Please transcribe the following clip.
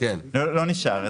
לא נשאר.